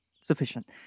sufficient